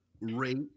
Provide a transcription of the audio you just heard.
rate